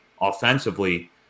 offensively